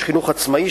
חינוך עצמאי,